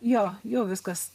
jo jo viskas